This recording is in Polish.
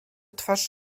twarz